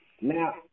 Now